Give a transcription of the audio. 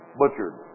butchered